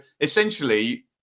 essentially